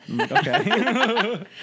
Okay